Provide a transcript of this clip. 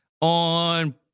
on